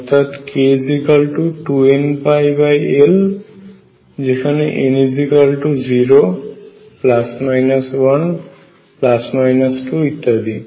অর্থাৎ k2nπL যেখানে n0±1±2 ইত্যাদি